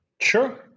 Sure